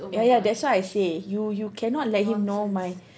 ya ya that's why I say you cannot let him know my